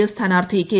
F സ്ഥാനാർത്ഥി K